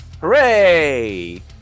Hooray